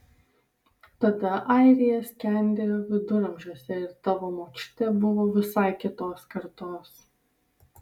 tada airija skendėjo viduramžiuose ir tavo močiutė buvo visai kitos kartos